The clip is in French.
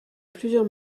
plusieurs